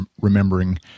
remembering